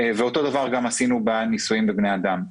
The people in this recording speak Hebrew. ואותו דבר עשינו גם בניסויים בבני אדם.